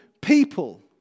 people